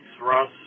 Russ